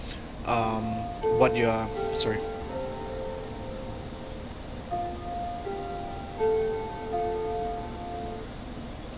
um what you are sorry